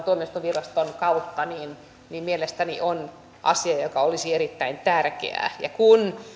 tuomioistuinviraston kautta on mielestäni asia joka olisi erittäin tärkeä ja kun